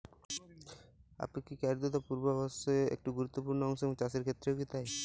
আপেক্ষিক আর্দ্রতা আবহাওয়া পূর্বভাসে একটি গুরুত্বপূর্ণ অংশ এবং চাষের ক্ষেত্রেও কি তাই?